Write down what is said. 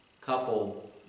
couple